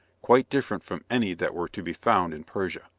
quite different from any that were to be found in persia.